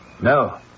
No